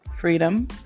freedom